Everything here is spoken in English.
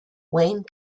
wayne